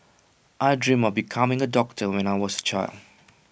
I dreamt of becoming A doctor when I was A child